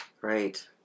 Right